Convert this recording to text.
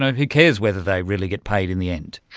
who cares whether they really get paid in the end?